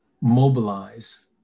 mobilize